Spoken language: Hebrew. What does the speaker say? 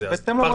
אז זה פרטני.